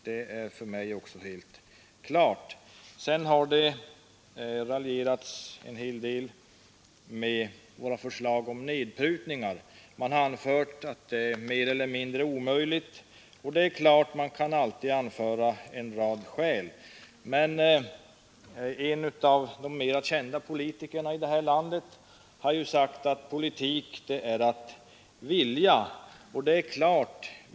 Det har vidare raljerats en hel del med våra förslag om nedprutningar. Man har anfört att de är mer eller mindre omöjliga. Det kan självfallet alltid anföras en rad skäl mot nedprutningar, men jag vill peka på att en av de mera kända politikerna i vårt land ju har sagt att ”politik är att vilja”.